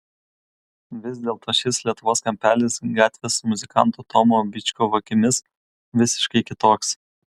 vis dėlto šis lietuvos kampelis gatvės muzikanto tomo byčkovo akimis visiškai kitoks